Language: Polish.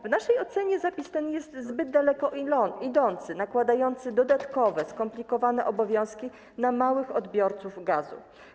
W naszej ocenie zapis ten jest zbyt daleko idący, nakładający dodatkowe, skomplikowane obowiązki na małych odbiorców gazu.